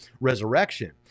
resurrection